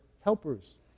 helpers